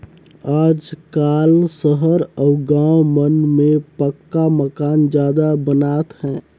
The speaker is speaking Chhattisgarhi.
आजकाल सहर अउ गाँव मन में पक्का मकान जादा बनात हे